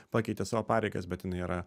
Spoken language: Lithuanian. pakeitė savo pareigas bet jinai yra